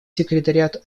секретариат